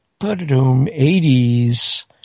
80s